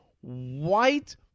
white